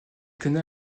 connaît